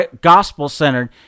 gospel-centered